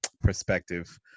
perspective